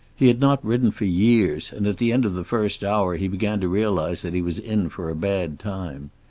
he had not ridden for years, and at the end of the first hour he began to realize that he was in for a bad time.